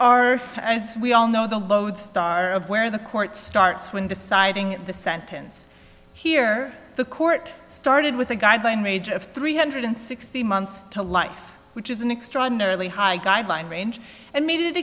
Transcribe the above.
are as we all know the lodestar of where the court starts when deciding the sentence here the court started with a guideline range of three hundred sixty months to life which is an extraordinarily high guideline range and made it